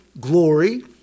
glory